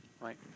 right